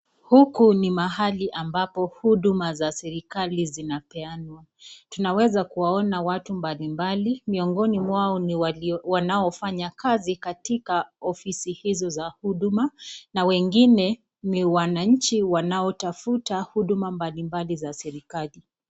Huku ni mahali ambapo huduma za serikali zinapeanwa. Tunaweza kuwaona watu mbalimbali miongoni mwao ni wanaofanya kazi katika ofisi hizo za huduma, na wengine ni wananchi wanaotafuta huduma mbalimbali za serikali.